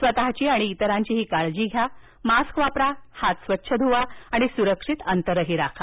स्वतःची आणि इतरांचीही काळजी घ्या मास्क वापरा हात स्वच्छ धुवा आणि सुरक्षित अंतरही राखा